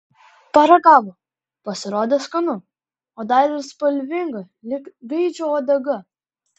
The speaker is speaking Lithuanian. paragavo pasirodė skanu o dar ir spalvinga lyg gaidžio uodega